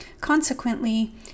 Consequently